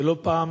ולא פעם